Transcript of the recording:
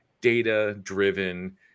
data-driven